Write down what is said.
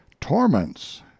torments